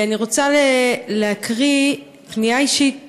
אני רוצה להקריא פנייה אישית שקיבלתי,